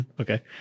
Okay